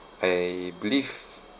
I believe